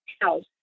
house